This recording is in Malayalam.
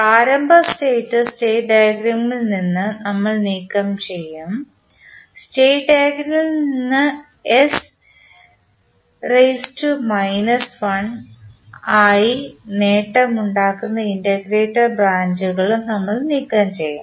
പ്രാരംഭ സ്റ്റേറ്റ് സ്റ്റേറ്റ് ഡയഗ്രാമിൽ നിന്ന് നമ്മൾ നീക്കംചെയ്യും സ്റ്റേറ്റ് ഡയഗ്രാമിൽ നിന്ന് ആയി നേട്ടമുണ്ടാക്കുന്ന ഇന്റഗ്രേറ്റർ ബ്രാഞ്ചുകളും നമ്മൾ നീക്കംചെയ്യും